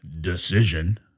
decision